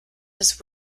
his